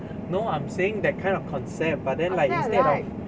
no I am saying that kind of concept but then like instead like